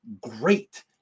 great